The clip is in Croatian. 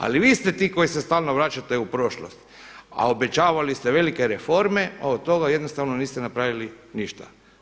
Ali vi ste ti koji se stalno vraćate u prošlost, a obećavali ste velike reforme, a od toga jednostavno niste napravili ništa.